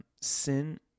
sin